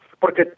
porque